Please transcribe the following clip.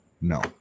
No